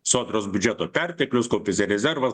sodros biudžeto perteklius kaupiasi rezervas